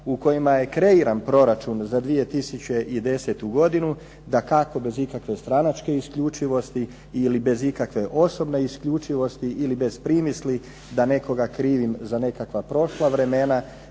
u kojima je kreiran proračun za 2010. godinu, dakako bez ikakve stranačke isključivosti ili bez ikakve osobne isključivosti ili bez primisli da nekoga krivim za nekakva prošla vremena